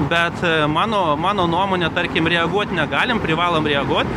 bet mano mano nuomone tarkim reaguot negalim privalom reaguot